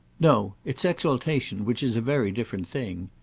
no it's exaltation, which is a very different thing.